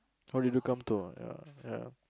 how did you come to a ya ya